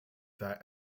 that